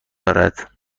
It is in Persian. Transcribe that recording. دارد